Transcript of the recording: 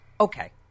Okay